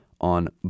on